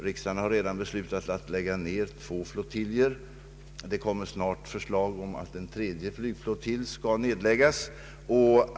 Riksdagen har redan beslutat att lägga ned två flygflottiljer, och det kommer snart förslag om nedläggning av en tredje flottilj.